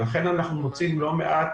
לכן אנחנו מוצאים לא מעט